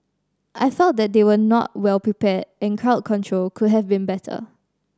I felt that they were not well prepared and crowd control could have been better